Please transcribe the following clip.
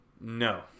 No